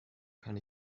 kann